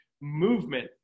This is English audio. movement